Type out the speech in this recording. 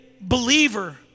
believer